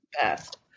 best